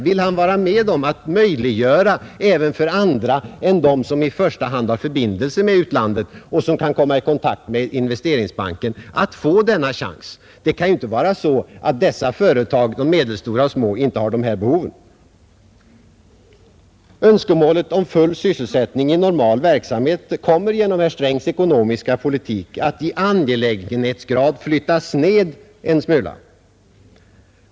Vill han vara med om att möjliggöra även för andra än dem som i första hand har förbindelser med utlandet och som kan komma i kontakt med Investeringsbanken, att få denna chans? Det kan ju inte vara så att de mindre och medelstora företagen inte har dessa behov. Önskemålet om full sysselsättning i normal verksamhet kommer genom herr Strängs ekonomiska politik att i angelägenhetsgrad flyttas ned en smula.